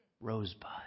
rosebud